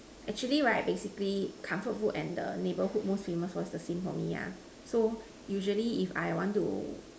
actually right basically comfort food and the neighbourhood most famous was the same for me ah so usually if I want to